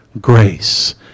grace